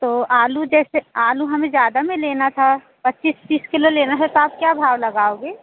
तो आलू जैसे आलू हमें ज़्यादा में लेना था पच्चीस तीस किलो लेना है तो आप क्या भाव लगाओगे